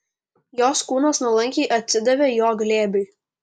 jos kūnas nuolankiai atsidavė jo glėbiui